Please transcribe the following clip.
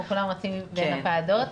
אנחנו כולם רצים מוועדה לוועדה,